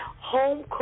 Home